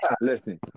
listen